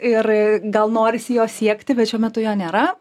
ir gal norisi jo siekti bet šiuo metu jo nėra